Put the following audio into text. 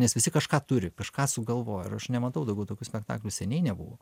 nes visi kažką turi kažką sugalvojo ir aš nematau daugiau tokių spektaklių seniai nebuvo